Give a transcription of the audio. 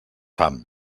fam